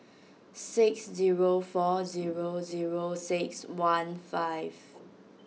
six zero four zero zero six one five